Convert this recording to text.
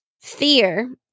fear